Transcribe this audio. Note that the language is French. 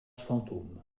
fantôme